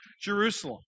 Jerusalem